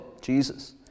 Jesus